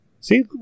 See